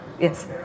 yes